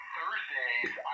Thursdays